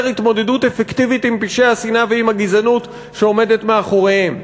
התמודדות אפקטיבית עם פשעי השנאה ועם הגזענות שעומדת מאחוריהם.